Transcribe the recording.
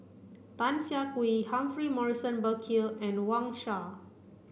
Tan Siah Kwee Humphrey Morrison Burkill and Wang Sha